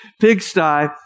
pigsty